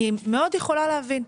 אני מאוד יכולה להבין.